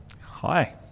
Hi